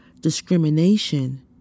discrimination